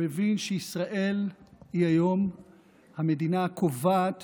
הוא הבין שישראל היא היום המדינה הקובעת